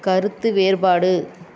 கருத்து வேறுபாடு